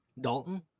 Dalton